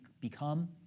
become